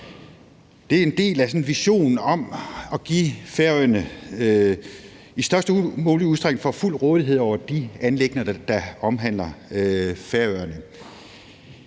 Det er en del af sådan en vision om, at Færøerne i størst mulig udstrækning får fuld rådighed over de anliggender, der omhandler Færøerne.